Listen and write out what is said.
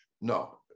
no